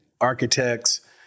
architects